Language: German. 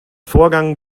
vorgang